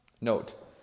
Note